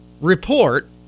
report